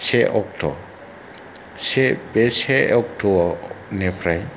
से अक्ट' से बे से अक्ट'आव निफ्राय